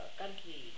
country